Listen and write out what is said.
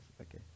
Okay